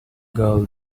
girl